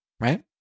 right